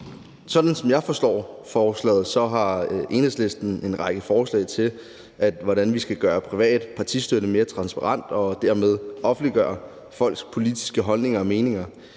Sådan som jeg forstår forslaget, har Enhedslisten en række forslag til, hvordan vi skal gøre privat partistøtte mere transparent og dermed offentliggøre folks politiske holdninger og meninger.